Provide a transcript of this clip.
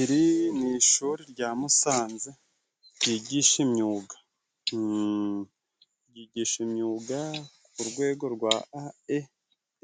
Iri ni ishuri rya Musanze ryigisha imyuga. Ryigisha imyuga ku rwego rwa ae